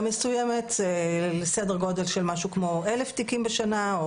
מסוימת לסדר גודל של משהו כמו 1,000 תיקים בשנה,